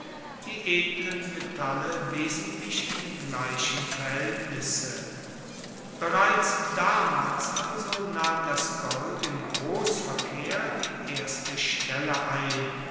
die edlen metalle wesentlich in dem gleichen verhaeltnisse bereits damals also nahm das gold im grossverkehr die erste stelle ein